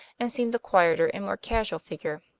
and seemed a quieter and more casual figure.